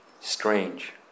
strange